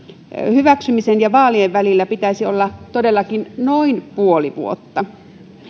hyväksymisen ja vaalien välillä pitäisi olla todellakin noin puoli vuotta